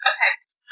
Okay